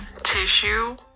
tissue